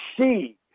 see